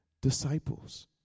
disciples